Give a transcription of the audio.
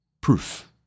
proof